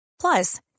Plus